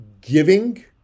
giving